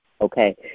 okay